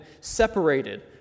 separated